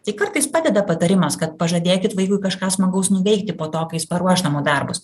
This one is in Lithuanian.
tai kartais padeda patarimas kad pažadėkit vaikui kažką smagaus nuveikti po to kai jis paruoš namų darbus